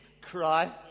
cry